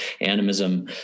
Animism